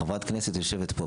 חברת הכנסת יושבת פה,